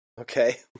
Okay